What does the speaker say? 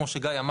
כמו שגיא אמר.